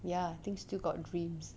ya I think still got dreams